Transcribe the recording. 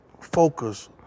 focus